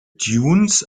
dunes